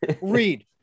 read